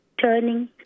turning